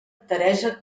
teresa